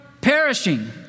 perishing